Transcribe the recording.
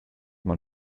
man